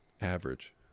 Average